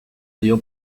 dio